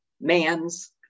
man's